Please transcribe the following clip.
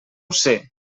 ser